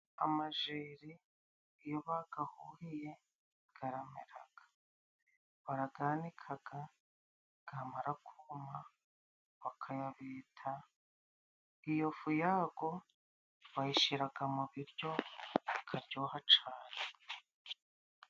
Amajeri iyo bagahuriye, karameraga, baraganikaga, gamara kuma, bagayabeta, iyo fu yako, bayishiraga mu biryo bikaryoha cane.